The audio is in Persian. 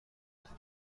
میبرم